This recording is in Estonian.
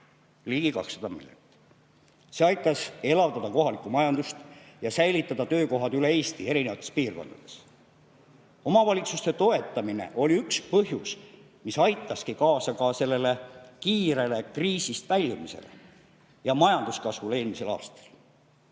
miljonit! See aitas elavdada kohalikku majandust ja säilitada töökohad üle Eesti eri piirkondades. Omavalitsuste toetamine oli üks põhjus, mis aitas kaasa kiirele kriisist väljumisele ja majanduskasvule eelmisel aastal.